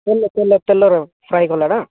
ତେଲ ତେଲ ତେଲର ଫ୍ରାଏ୍ କଲାନା